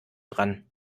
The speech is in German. dran